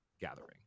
gathering